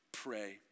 pray